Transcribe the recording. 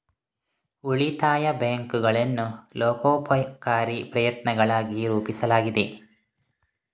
ಉಳಿತಾಯ ಬ್ಯಾಂಕುಗಳನ್ನು ಲೋಕೋಪಕಾರಿ ಪ್ರಯತ್ನಗಳಾಗಿ ರೂಪಿಸಲಾಗಿದೆ